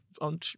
on